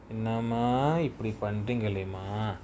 என்னமா இப்டி பண்றிங்களேமா:ennamaa ipdi panringalema